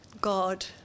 God